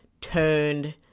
turned